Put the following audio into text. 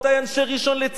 אנשי ראשון-לציון,